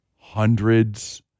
hundreds